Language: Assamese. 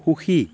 সুখী